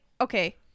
okay